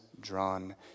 drawn